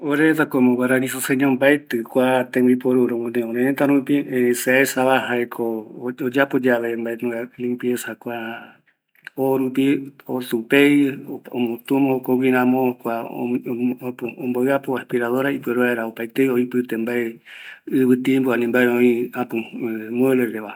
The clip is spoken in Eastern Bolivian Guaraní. Orereta como isoseño mbaetɨ roguinoi kua tembiporu örërëtä rupi, se aesava oyapo yave mbaenunga limpieza orupi, otupei, jokogui remo kua omboɨapu aspiradora, opaetei oipɨte mbae, ɨvɨrupigua, ani oime mbae oi mueble reva,